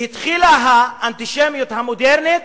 והתחילה האנטישמיות המודרנית,